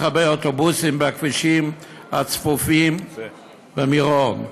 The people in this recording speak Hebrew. הרבה אוטובוסים בכבישים הצפופים במירון,